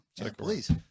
Please